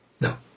No